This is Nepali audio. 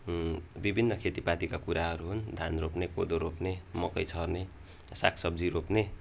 विभिन्न खेतीपातीका कुराहरू हुन् धान रोप्ने कोदो रोप्ने मकै छर्ने सागसब्जी रोप्ने